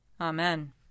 Amen